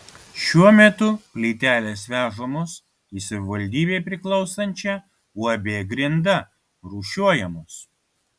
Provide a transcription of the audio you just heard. šiuo metu plytelės vežamos į savivaldybei priklausančią uab grinda rūšiuojamos